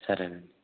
సరే అండి